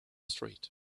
street